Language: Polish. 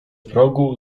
progu